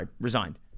resigned